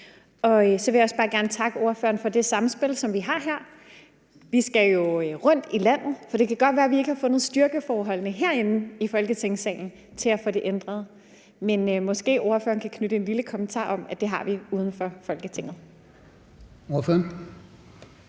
Så vil jeg også gerne bare takke ordføreren for det samspil, som vi har her. Vi skal jo rundt i landet, for det kan godt være, vi ikke har fundet styrkeforholdene herinde i Folketingssalen til at få det ændret, men måske ordføreren kan knytte en lille kommentar til om, at det har vi uden for Folketinget. Kl.